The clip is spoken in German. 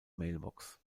mailbox